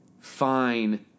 fine